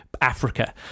Africa